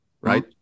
right